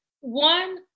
One